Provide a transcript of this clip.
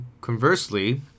conversely